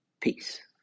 peace